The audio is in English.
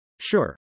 Sure